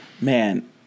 man